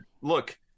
look